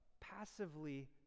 passively